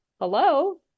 hello